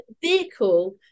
vehicle